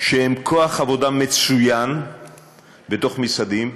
שהם כוח עבודה מצוין בתוך משרדים,